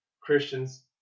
Christians